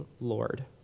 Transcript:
Lord